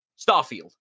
Starfield